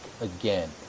again